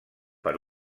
per